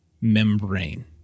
membrane